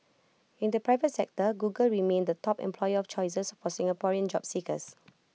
in the private sector Google remained the top employer of choices for Singaporean job seekers